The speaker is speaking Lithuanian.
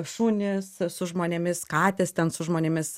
šunys su žmonėmis katės ten su žmonėmis